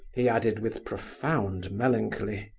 he added, with profound melancholy.